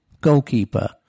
goalkeeper